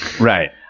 Right